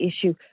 issue